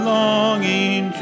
longing